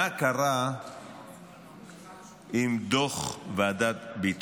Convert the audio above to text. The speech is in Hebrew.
מה קרה עם דוח ועדת ביטון.